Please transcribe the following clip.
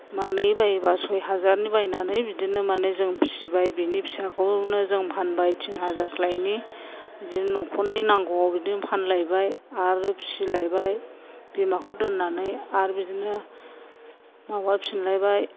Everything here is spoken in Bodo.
मानै बायबा सय हाजारनि बायनानै बिदिनो माने जों फिसिबाय बेनि फिसाखौनो जों फानबाय तिन हाजारलायनि बिदिनो न'खरनि नांगौआव बिदिनो फानलायबाय आरो फिसिलायबाय बिमाखौ दोननानै आरो बिदिनो माबा फिनलायबाय